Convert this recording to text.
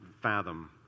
fathom